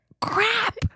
crap